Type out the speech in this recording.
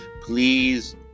please